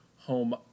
home